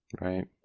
Right